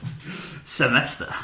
Semester